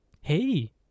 Hey